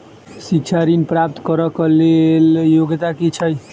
शिक्षा ऋण प्राप्त करऽ कऽ लेल योग्यता की छई?